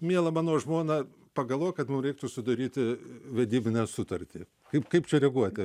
miela mano žmona pagalvojau kad mum reiktų sudaryti vedybinę sutartį kaip kaip čia reaguoti